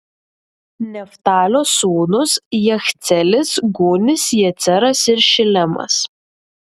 neftalio sūnūs jachceelis gūnis jeceras ir šilemas